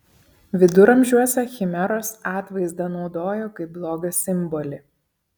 viduramžiuose chimeros atvaizdą naudojo kaip blogio simbolį